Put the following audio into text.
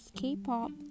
K-pop